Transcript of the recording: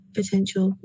potential